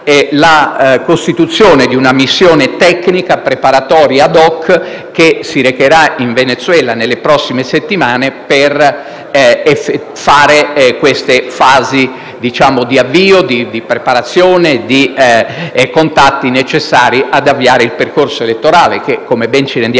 la costituzione di una missione tecnica preparatoria *ad hoc* che si recherà in Venezuela nelle prossime settimane per avviare queste fasi di preparazione dei contatti necessari a mettere in moto il percorso elettorale che, come ben ci rendiamo